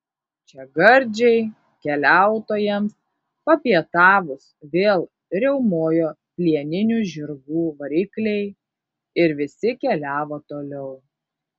čia gardžiai keliautojams papietavus vėl riaumojo plieninių žirgų varikliai ir visi keliavo toliau